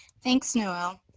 thanks, noele.